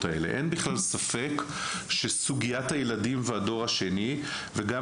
האלה אין בכלל ספק שסוגיית הילדים והדור השני וגם